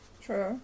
true